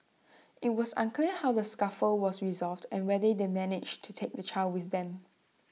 IT was unclear how the scuffle was resolved and whether they managed to take the child with them